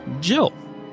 Jill